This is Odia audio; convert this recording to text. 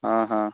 ହଁ ହଁ